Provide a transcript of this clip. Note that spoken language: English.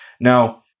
now